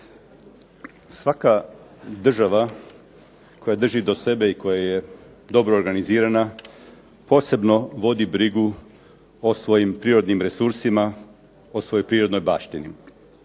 Svaka država koja drži do sebe i koja je dobro organizirana, posebno vodi brigu o svojim prirodnim resursima, o svojoj prirodnoj baštini.